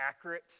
accurate